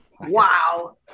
wow